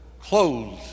clothes